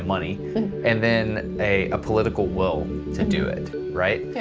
money and then a a political will to do it. right? yeah